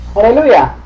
Hallelujah